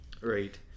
Right